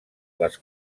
les